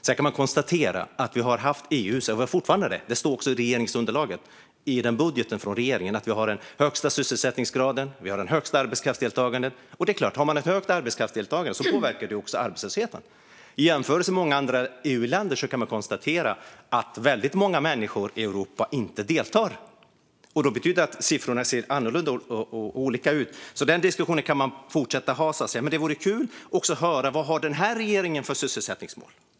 Sedan kan man konstatera, och det står också i budgetunderlaget från regeringen, att vi har den högsta sysselsättningsgraden och det högsta arbetskraftsdeltagandet. Det är klart att om man har ett högt arbetskraftsdeltagande påverkar det också arbetslösheten. I jämförelse med många andra EU-länder kan man konstatera att väldigt många människor i Europa inte deltar. Det betyder att siffrorna ser olika ut. Den diskussionen kan man fortsätta att ha. Det vore kul att höra: Vad har regeringen för sysselsättningsmål?